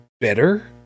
better